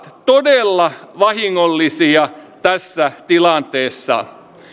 todella vahingollisia tässä tilanteessa